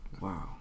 Wow